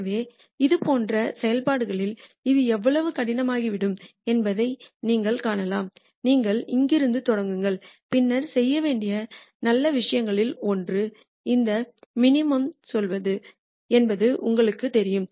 எனவே இது போன்ற செயல்பாடு களில் இது எவ்வளவு கடினமாகிவிடும் என்பதை நீங்கள் காணலாம் நீங்கள் இங்கிருந்து தொடங்குங்கள் பின்னர் செய்ய வேண்டிய நல்ல விஷயங்களில் ஒன்று இந்த மினிமம்ற்குச் செல்வது என்பது உங்களுக்குத் தெரியும்